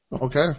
Okay